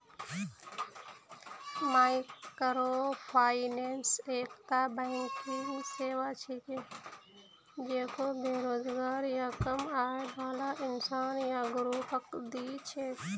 microfinance एकता banking सेवा छिके जेको बेरोजगार या कम आय बाला इंसान या ग्रुपक दी छेक